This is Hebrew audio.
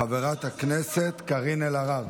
חברת הכנסת קארין אלהרר.